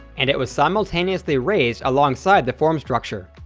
and it was simultaneously raised alongside the form structure.